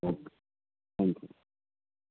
okay you you